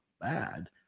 bad